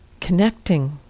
connecting